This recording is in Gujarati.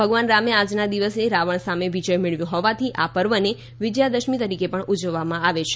ભગવાન રામે આજના દિવસે રાવણ સામે વિજય મેળવ્યો હોવાથી આ પર્વને વિજ્યાદશમી તરીકે પણ ઉજવવામાં આવે છે